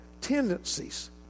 tendencies